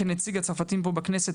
כנציג הצרפתים פה בכנסת,